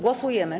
Głosujemy.